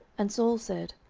and saul said,